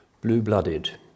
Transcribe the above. Blue-blooded